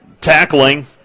tackling